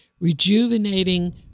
rejuvenating